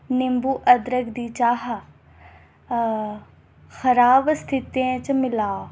निंबू अदरक दी चाह् खराब स्थिति च मिला